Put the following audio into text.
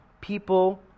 people